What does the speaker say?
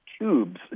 tubes